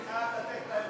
בבקשה.